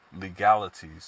legalities